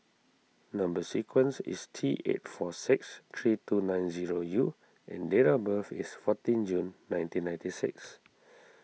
Number Sequence is T eight four six three two nine zero U and date of birth is fourteen June nineteen ninety six